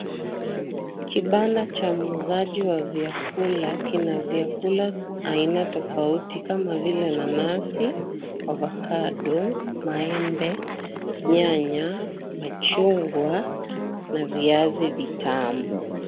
Kibanda cha muuzaji wa vyakula kina vyakula aina tofauti kama vile nanazi, ovacado, maembe, nyanya machungwa na viazi vitamu.